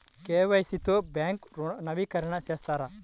KYC తో bank ఋణం నవీకరణ చేస్తారా?